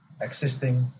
existing